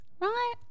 Right